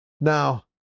Now